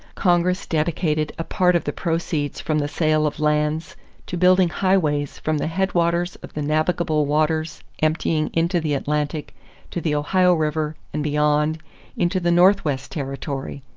congress dedicated a part of the proceeds from the sale of lands to building highways from the headwaters of the navigable waters emptying into the atlantic to the ohio river and beyond into the northwest territory.